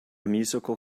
musical